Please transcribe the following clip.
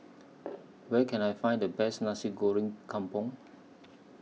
Where Can I Find The Best Nasi Goreng Kampung